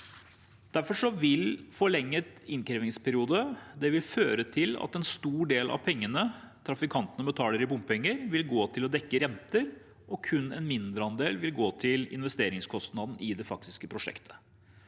Derfor vil forlenget innkrevingsperiode føre til at en stor del av pengene trafikantene betaler i bompenger, vil gå til å dekke renter, og kun en mindre andel vil gå til investeringskostnaden i det faktiske prosjektet.